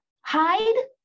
hide